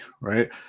right